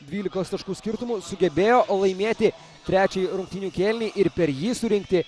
dvylikos taškų skirtumu sugebėjo laimėti trečiąjį rungtynių kėlinį ir per jį surinkti